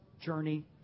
journey